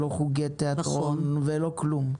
לא חוגי תיאטרון ולא כלום.